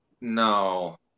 No